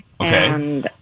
Okay